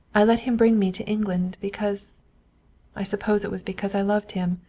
i let him bring me to england, because i suppose it was because i loved him.